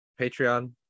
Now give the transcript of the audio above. patreon